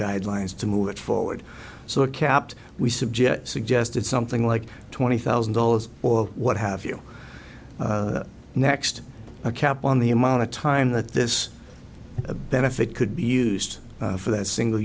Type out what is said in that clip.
guidelines to move it forward so it kept we subject suggested something like twenty thousand dollars or what have you next a cap on the amount of time that there's a benefit could be used for that single